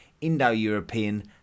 indo-european